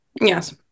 Yes